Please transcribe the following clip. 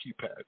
keypad